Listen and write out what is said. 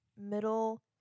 middle